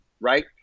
right